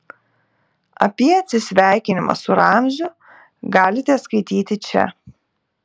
apie atsisveikinimą su ramziu galite skaityti čia